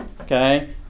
okay